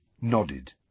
nodded